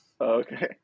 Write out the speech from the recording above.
Okay